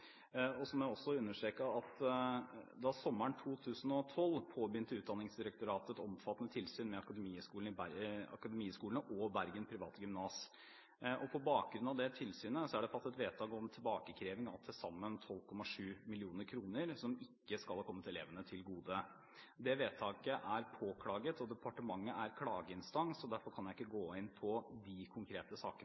må også understreke at sommeren 2012 påbegynte Utdanningsdirektoratet et omfattende tilsyn med Akademiet-skolene og Bergen Private Gymnas. På bakgrunn av det tilsynet er det fattet vedtak om tilbakekreving av til sammen 12,7 mill. kr som ikke skal ha kommet elevene til gode. Det vedtaket er påklaget, og departementet er klageinstans. Derfor kan jeg ikke gå inn på de konkrete sakene